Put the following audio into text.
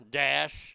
dash